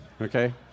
Okay